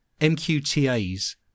MQTA's